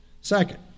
Second